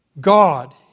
God